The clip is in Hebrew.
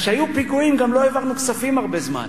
אז כשהיו פיגועים גם לא העברנו כספים הרבה זמן.